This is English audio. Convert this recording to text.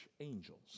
angels